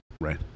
Right